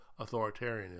authoritarianism